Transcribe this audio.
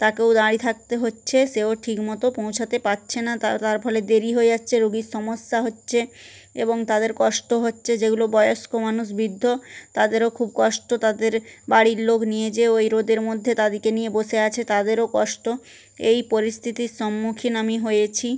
তাকেও দাড়িয়ে থাকতে হচ্ছে তাকেও ঠিকমতো পৌঁছতে পারছে না তার ফলে দেরি হয়ে যাচ্ছে রোগীর সমস্যা হচ্ছে এবং তাদের কষ্ট হচ্ছে যেগুলো বয়স্ক মানুষ বৃদ্ধ তাদেরও খুব কষ্ট তাদের বাড়ির লোক নিয়ে যেয়েও এই রোদের মধ্যে তাদেরকে নিয়ে বসে আছে তাদেরও কষ্ট এই পরিস্থিতির সম্মুখীন আমি হয়েছি